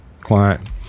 client